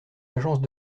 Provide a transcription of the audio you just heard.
agences